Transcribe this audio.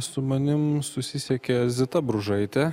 su manim susisiekė zita bružaitė